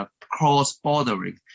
cross-bordering